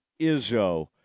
Izzo